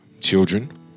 children